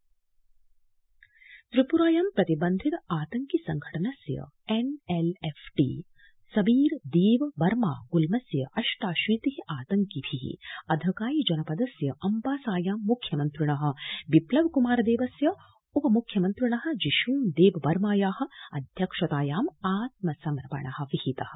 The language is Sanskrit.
त्रिप्रा त्रिप्रायां प्रतिबन्धित आतंकि संघटनस्य N L F T Sabir Deb Barma गुल्मस्य अष्टाशीति आतंकिभि अधकाई जनपदस्य अम्बासायां मुख्यमन्त्रिण विप्लव कुमार देवस्य उपमुख्यमन्त्रिण जिशून देव वर्माया अध्यक्षतायाम् आत्मसमर्पण विहितम्